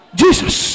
jesus